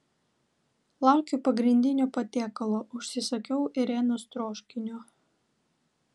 laukiu pagrindinio patiekalo užsisakiau ėrienos troškinio